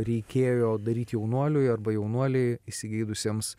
reikėjo daryt jaunuoliui arba jaunuoliai įsigeidusiems